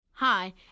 Hi